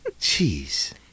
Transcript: Jeez